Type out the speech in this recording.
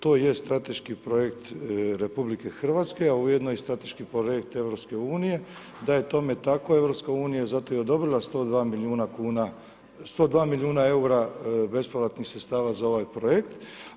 To je strateški projekt RH, a ujedno i strateški projekt EU, da je tome tako EU je zato i odobrila 102 milijuna eura bespovratnih sredstava za ovaj projekt.